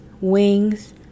wings